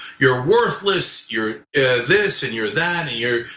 you're worthless, you're this and you're that, and you're.